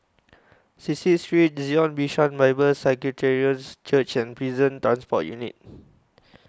Cecil Street Zion Bishan Bible Presbyterian Church and Prison Transport Unit